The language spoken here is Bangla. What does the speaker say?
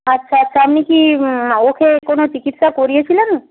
আচ্ছা আচ্ছা আপনি কি ওকে কোনো চিকিৎসা করিয়েছিলেন